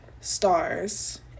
stars